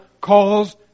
calls